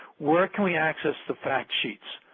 where can we access the fact sheets?